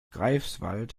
greifswald